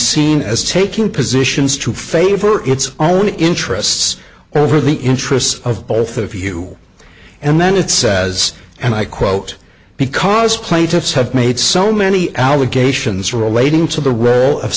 seen as taking positions to favor its own interests over the interests of both of you and then it says and i quote because plaintiffs have made so many allegations relating to the rebel of